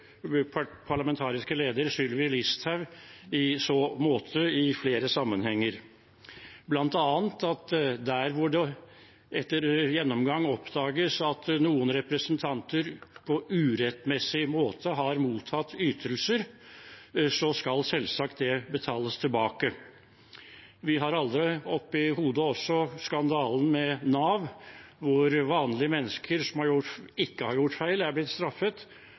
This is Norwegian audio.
parlamentariske leder Sylvi Listhaug i så måte i flere sammenhenger, bl.a. at der hvor det etter gjennomgang oppdages at representanter på urettmessig måte har mottatt ytelser, skal det selvsagt betales tilbake. Vi har alle oppe i hodet skandalen med Nav, hvor vanlige mennesker som ikke har gjort feil, er blitt straffet.